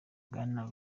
bwana